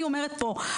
אני אומרת פה,